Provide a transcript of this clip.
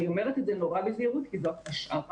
אני אומרת את זה נורא בזהירות כי זאת השערה,